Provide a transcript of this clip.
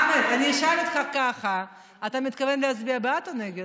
אני אשאל אותך ככה: אתה מתכוון להצביע בעד או נגד?